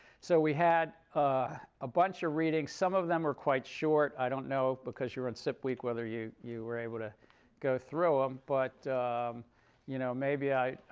so we had ah a bunch of readings. some of them were quite short. i don't know, because you're on sip week, whether you you were able to go through them. but you know maybe i